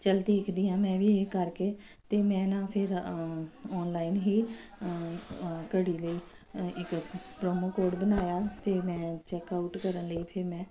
ਚੱਲ ਦੇਖਦੀ ਹਾਂ ਮੈਂ ਵੀ ਇਹ ਕਰਕੇ ਅਤੇ ਮੈਂ ਨਾ ਫਿਰ ਆਨਲਾਈਨ ਹੀ ਘੜੀ ਲਈ ਇੱਕ ਪ੍ਰੋਮੋ ਕੋਡ ਬਣਾਇਆ ਅਤੇ ਮੈਂ ਚੈੱਕਆਊਟ ਕਰਨ ਲਈ ਫਿਰ ਮੈਂ